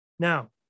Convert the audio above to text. Now